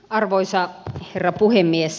arvoisa herra puhemies